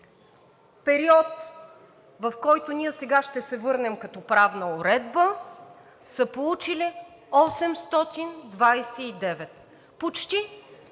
период, към който ние сега ще се върнем като правна уредба, са получили 829, почти